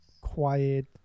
quiet